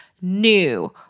new